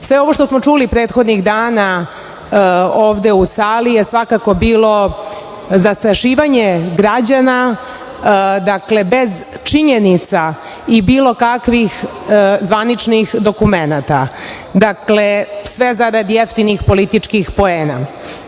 ovo što smo čuli prethodnih dana ovde u sali je svakako bilo zastrašivanje građana, dakle, bez činjenica i bilo kakvih zvaničnih dokumenata. Dakle, sve zarad jeftinih političkih poena. Moram